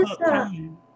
time